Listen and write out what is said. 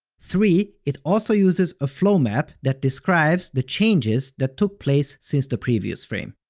three, it also uses a flow map that describes the changes that took place since the previous frame.